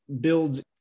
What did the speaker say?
builds